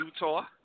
Utah